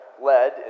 led